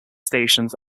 stations